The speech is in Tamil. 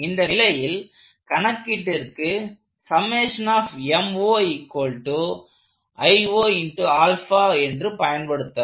இந்த நிலையில் கணக்கீட்டிற்கு என்று பயன்படுத்தலாம்